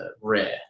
rare